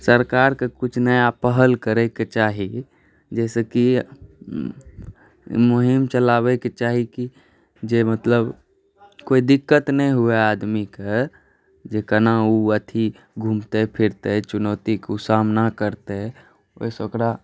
सरकारके किछु नया पहल करैके चाही जाहिसँ कि मुहिम चलाबैके चाही कि जे मतलब कोई दिक्कत नहि हुअए आदमीके जे केना ओ अथी घुमतै फिरतै चुनौतीके ओ सामना करतै ओहिसँ ओकरा